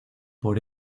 por